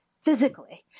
physically